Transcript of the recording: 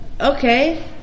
okay